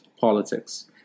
politics